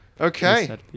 okay